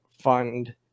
fund